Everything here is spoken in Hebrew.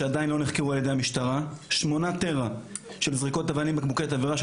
שעדיין לא נחקרו על ידי המשטרה,